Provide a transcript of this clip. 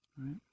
right